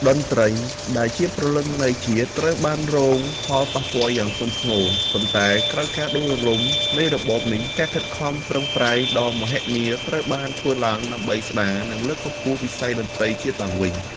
តន្ត្រីដែលជាព្រលឹងនៃជាតិ ត្រូវបានរងផលប៉ះពាល់យ៉ាងធ្ងន់ធ្ងរ ប៉ុន្តែក្រោយការដួលរលំនៃរបបនេះ ការខិតខំប្រឹងប្រែងដ៏មហិមាត្រូវបានធ្វើឡើងដើម្បីស្តារ និងលើកកម្ពស់វិស័យតន្ត្រីជាតិឡើងវិញ។